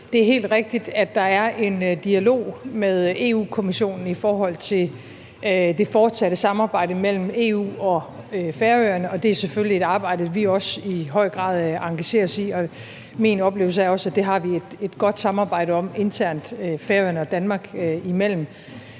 Det er helt rigtigt, at der er en dialog med Europa-Kommissionen i forhold til det fortsatte samarbejde mellem EU og Færøerne, og det er selvfølgelig et arbejde, vi jo også i høj grad engagerer os i, og min oplevelse er også, at det har vi et godt samarbejde om internt – Færøerne og Danmark imellem.